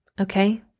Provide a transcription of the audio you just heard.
Okay